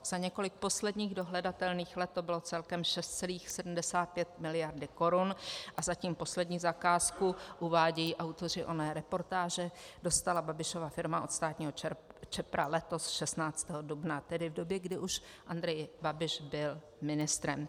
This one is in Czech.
Za několik posledních dohledatelných let to bylo celkem 6,76 mld. korun, a zatím poslední zakázku, uvádějí autoři oné reportáže, dostala Babišova firma od státního Čepra letos 16. dubna, tedy v době, kdy už Andrej Babiš byl ministrem.